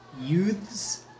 youths